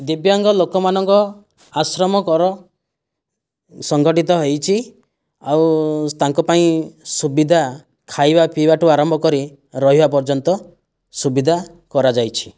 ଦିବ୍ୟାଙ୍ଗ ଲୋକମାନଙ୍କ ଆଶ୍ରମ କର ସଂଗଠିତ ହୋଇଛି ଆଉ ତାଙ୍କ ପାଇଁ ସୁବିଧା ଖାଇବା ପିଇବା ଠୁ ଆରମ୍ଭ କରି ରହିବା ପର୍ଯ୍ୟନ୍ତ ସୁବିଧା କରାଯାଇଛି